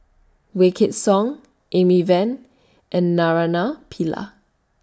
Wykidd Song Amy Van and Naraina Pillai